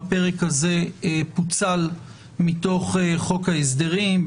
הפרק הזה פוצל מחוק ההסדרים,